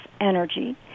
energy